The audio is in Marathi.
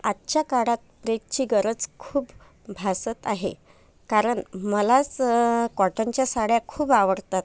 आजच्या काळात प्रेसची गरज खूप भासत आहे कारण मलाच कॉटनच्या साड्या खूप आवडतात